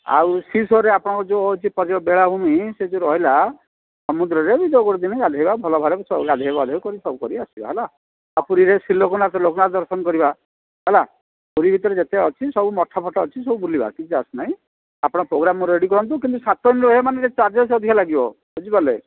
ଆଉ ସି ସୋର୍ରେ ଆପଣଙ୍କର ଯେଉଁ ହେଉଛି ବେଳାଭୂମି ସେ ଯେଉଁ ରହିଲା ସମୁଦ୍ରରେ ଯେଉଁ ଗୋଟେ ଦିନ ଗାଧୋଇବା ଭଲ ଭାବରେ ଗାଧୋଇ ପାଧେଇ ସବୁ କରି ଆସିବା ହେଲା ଆଉ ପୁରୀରେ ଶ୍ରୀ ଲୋକନାଥ ଲୋକନାଥ ଦର୍ଶନ କରିବା ହେଲା ପୁରୀ ଭିତରେ ଯେତେ ଅଛି ସବୁ ମଠ ଫଠ ଅଛି ସବୁ ବୁଲିବା କିଛି ଅସୁବିଧା ନାହିଁ ଆପଣ ପ୍ରୋଗ୍ରାମ୍ ରେଡ଼ି କରନ୍ତୁ କିନ୍ତୁ ସାତ ଦିନ ରହିବା ମାନେ ଚାର୍ଜେସ୍ ଅଧିକ ଲାଗିବ ବୁଝିପାରିଲେ